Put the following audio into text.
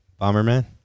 Bomberman